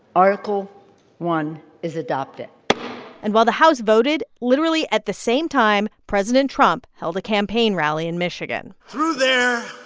article one is adopted and while the house voted, literally at the same time, president trump held a campaign rally in michigan through their